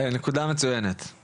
זו נקודה מצוינת.